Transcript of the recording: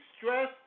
stress